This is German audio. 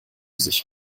sich